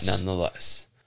Nonetheless